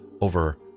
over